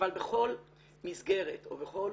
אבל בכל מסגרת או בכל